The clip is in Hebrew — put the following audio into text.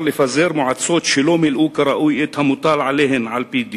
לפזר מועצות שלא מילאו כראוי את המוטל עליהן על-פי דין.